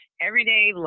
everyday